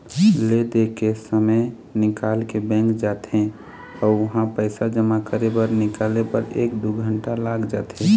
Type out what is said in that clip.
ले दे के समे निकाल के बैंक जाथे अउ उहां पइसा जमा करे बर निकाले बर एक दू घंटा लाग जाथे